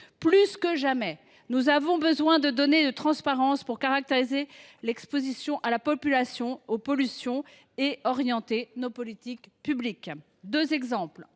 Plus que jamais, nous avons besoin de données transparentes pour caractériser l’exposition de la population aux pollutions et orienter nos politiques publiques. Je donnerai